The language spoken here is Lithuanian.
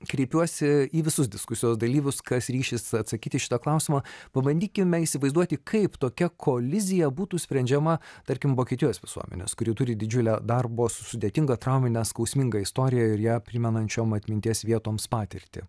kreipiuosi į visus diskusijos dalyvius kas ryšis atsakyti į šitą klausimą pabandykime įsivaizduoti kaip tokia kolizija būtų sprendžiama tarkim vokietijos visuomenės kuri turi didžiulę darbo su sudėtinga traumine skausminga istorija ir ją primenančiom atminties vietoms patirtį